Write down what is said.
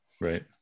Right